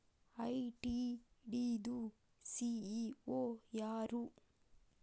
ITD ದು CEO ಯಾರು?